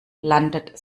landet